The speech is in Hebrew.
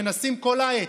שמנסים כל העת,